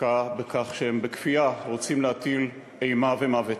דווקא בכך שהם בכפייה רוצים להטיל אימה ומוות,